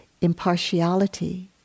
impartiality